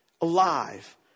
alive